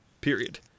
period